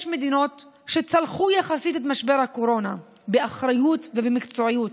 יש מדינות שצלחו יחסית את משבר הקורונה באחריות ובמקצועיות,